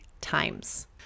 times